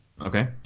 okay